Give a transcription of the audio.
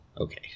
Okay